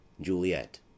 Juliet